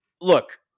look